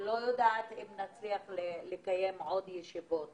לא יודעת אם נצליח לקיים עוד ישיבות